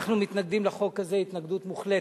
אנחנו מתנגדים לחוק הזה התנגדות מוחלטת.